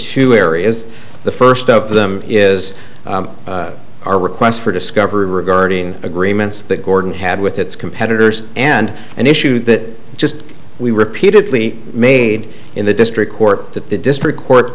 two areas the first of them is our requests for discovery regarding agreements that gordon had with its competitors and an issue that just we repeatedly made in the district court